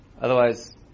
Otherwise